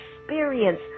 experience